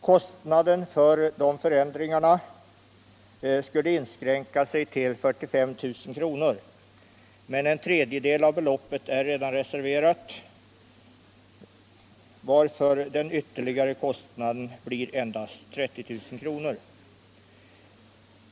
Kostnaderna för dessa förändringar skulle inskränka sig till 45 000 kr., men en tredjedel av beloppet är redan reserverat varför den ytterligare kostnaden blir endast 30 000 kr.